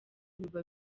biba